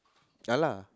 ya lah